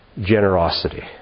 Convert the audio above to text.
generosity